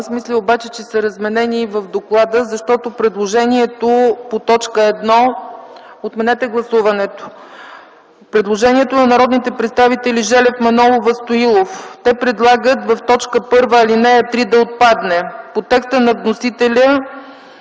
Аз мисля, че са разменени и в доклада, защото предложението по т. 1 ... Отменете гласуването. Предложението на народните представители Желев, Манолова и Стоилов. Те предлагат в т. 1 – ал. 3 да отпадне. По текста на вносителя